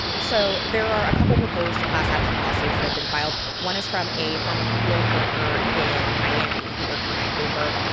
so there are a couple proposed class-action lawsuits that have been filed. one is from a former field worker in miami who worked for mike bloomberg.